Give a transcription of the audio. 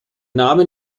name